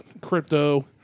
crypto